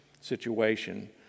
situation